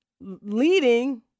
leading